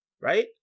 right